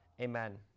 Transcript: Amen